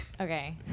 Okay